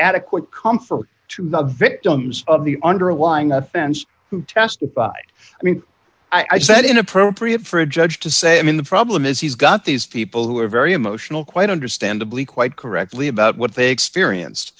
adequate comfort to the victims of the underlying offense who testified i mean i said inappropriate for a judge to say i mean the problem is he's got these people who are very emotional quite understandably quite correctly about what they experience